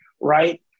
right